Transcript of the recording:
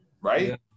Right